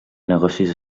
negocis